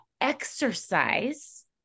exercise